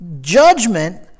Judgment